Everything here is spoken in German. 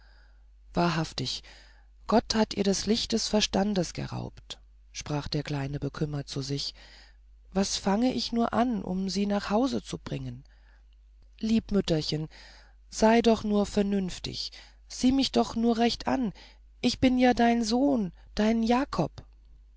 wahrhaftig gott hat ihr das licht des verstandes geraubt sprach der kleine bekümmert zu sich was fange ich nur an um sie nach haus zu bringen lieb mütterchen so sei doch nur vernünftig sieh mich doch nur recht an ich bin ja dein sohn dein jakob